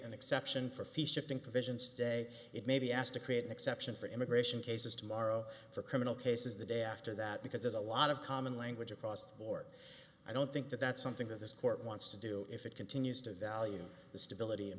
an exception for fee shifting provisions day it may be asked to create an exception for immigration cases tomorrow for criminal cases the day after that because there's a lot of common language across the board i don't think that that's something that this court wants to do if it continues to evaluate the stability and